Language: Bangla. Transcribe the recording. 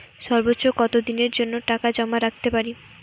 সর্বোচ্চ কত দিনের জন্য টাকা জমা রাখতে পারি?